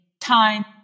time